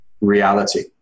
reality